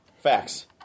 facts